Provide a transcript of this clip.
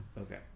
Okay